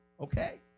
okay